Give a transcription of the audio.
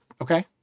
Okay